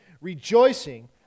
rejoicing